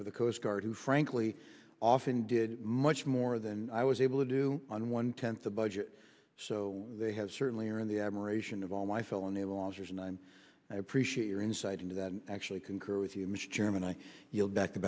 for the coast guard who frankly often did much more than i was able to do on one tenth the budget so they have certainly are in the admiration of all my fellow naval officers and i'm i appreciate your insight into that and actually concur with you mr chairman i yield back t